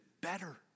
better